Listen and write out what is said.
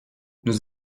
nous